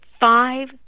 five